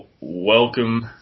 welcome